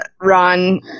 Ron